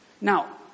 Now